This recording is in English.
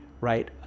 Right